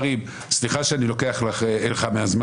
סליחה שאני לוקח לך מהזמן,